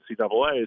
NCAAs